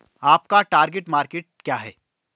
आपका target market क्या है?